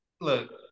look